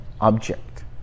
object